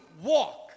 walk